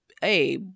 hey